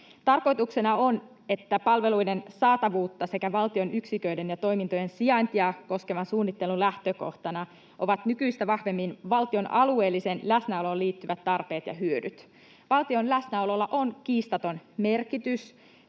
Tarkoituksena on, että palveluiden saatavuutta sekä valtion yksiköiden ja toimintojen sijaintia koskevan suunnittelun lähtökohtana ovat nykyistä vahvemmin valtion alueelliseen läsnäoloon liittyvät tarpeet ja hyödyt. Valtion läsnäololla on kiistaton merkitys